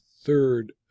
third